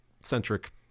centric